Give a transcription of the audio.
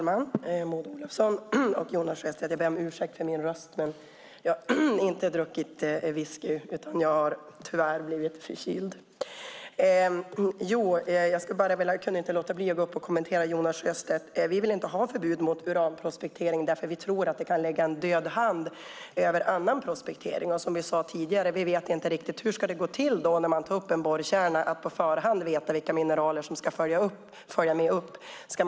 Herr talman! Jag ber om ursäkt för min röst. Jag har inte druckit whisky, utan jag har tyvärr blivit förkyld. Jag kan inte låta bli att kommentera det Jonas Sjöstedt sade. Vi vill inte ha ett förbud mot uranprospektering eftersom vi tror att det kan lägga en död hand över annan prospektering. Som vi sade tidigare vet vi inte hur man på förhand ska kunna veta vilka mineraler som följer med upp när man tar upp en borrkärna.